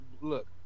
Look